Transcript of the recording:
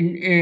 इन अ